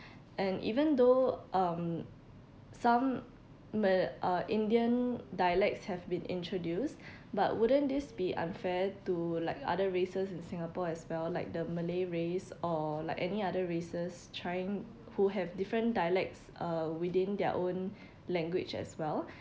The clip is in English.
and even though um some me~ uh indian dialects have been introduced but wouldn't this be unfair to like other races in singapore as well like the malay race or like any other races trying who have different dialects uh within their own language as well